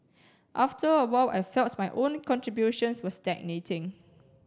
after a while I felt my own contributions were stagnating